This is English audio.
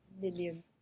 million